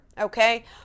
okay